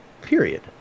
period